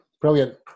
Brilliant